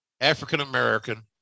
African-American